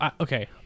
okay